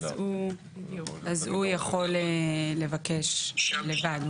הוא יכול לבקש לבד.